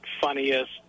funniest